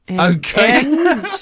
Okay